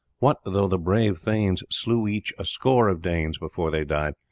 what though the brave thanes slew each a score of danes before they died,